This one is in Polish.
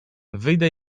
wyjdę